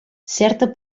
certa